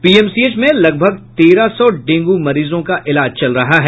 PMCH में लगभग तेरह सौ डेंगू मरीजों का इलाज चल रहा है